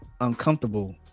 uncomfortable